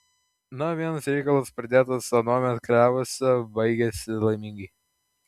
na vienas reikalas pradėtas anuomet klevuose baigiasi laimingai